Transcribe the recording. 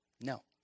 no